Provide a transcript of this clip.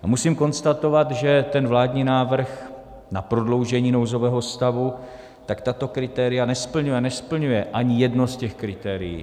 A musím konstatovat, že ten vládní návrh na prodloužení nouzové stavu tato kritéria nesplňuje, a nesplňuje ani jedno z těch kritérií.